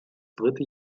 dritte